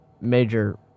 major